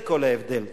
זה כל ההבדל.